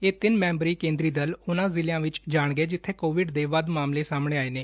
ਇਹ ਤਿੰਨ ਮੈਂਬਰੀ ਕੇਂਦਰੀ ਦਲ ਉਨ੍ਨਾਂ ਜਿਲਿਆਂ ਵਿਚ ਜਾਣਗੇ ਜਿੱਬੇ ਕੋਵਿਡ ਦੇ ਵੱਧ ਮਾਮਲੇ ਸਾਹਮਣੇ ਆਏ ਨੇ